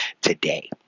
today